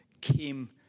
came